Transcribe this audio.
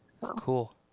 Cool